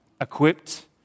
equipped